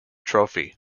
trophy